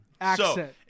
accent